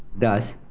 thus,